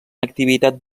activitat